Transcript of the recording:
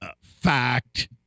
fact